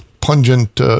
pungent